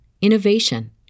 innovation